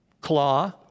claw